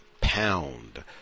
pound